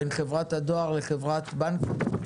בין חברת הדואר לחברת בנק הדואר,